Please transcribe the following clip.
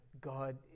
God